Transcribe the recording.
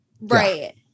Right